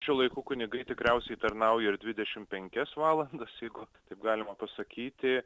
šių laikų kunigai tikriausiai tarnauja ir dvidešimt penkias valandas jeigu taip galima pasakyti